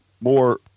more